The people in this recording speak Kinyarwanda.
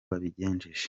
babigenje